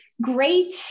great